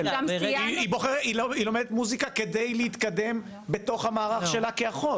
היא לומדת מוזיקה כדי להתקדם בתוך המערך שלה כאחות.